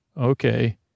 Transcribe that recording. Okay